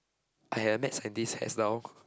!aiya! Maths and this hairstyle